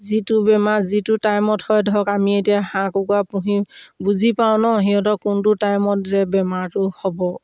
যিটো বেমাৰ যিটো টাইমত হয় ধৰক আমি এতিয়া হাঁহ কুকুৰা পুহি বুজি পাওঁ ন সিহঁতক কোনটো টাইমত যে বেমাৰটো হ'ব